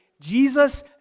Jesus